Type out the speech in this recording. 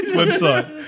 website